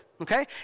Okay